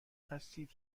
هستید